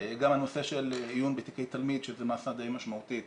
הנושא של עיון בתיקי תלמיד, שזה מסה די משמעותית